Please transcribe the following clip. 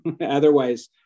otherwise